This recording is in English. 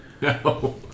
No